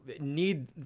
need